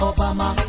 Obama